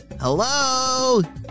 Hello